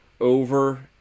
over